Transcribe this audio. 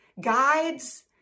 guides